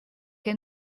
que